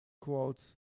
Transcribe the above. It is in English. Quotes